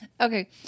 Okay